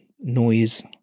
noise